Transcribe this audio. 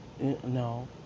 No